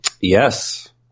Yes